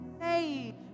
Hey